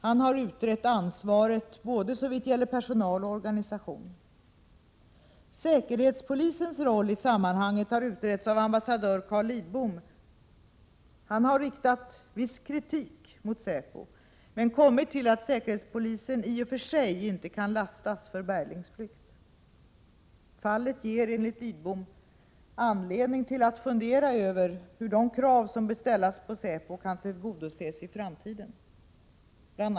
Han har utrett ansvaret såvitt gäller både personal och organisation. Säkerhetspolisens roll i sammanhanget har utretts av ambassadör Carl Lidbom. Han har riktat viss kritik mot säpo men kommit fram till att säkerhetspolisen i och för sig inte kan lastas för Berglings flykt. Fallet ger enligt Lidbom anledning att fundera över hur de krav som bör ställas på säpo kan tillgodoses i framtiden. Bl.